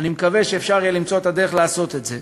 ואני מקווה שיהיה אפשר למצוא את הדרך לעשות את זה.